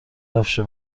حرفشو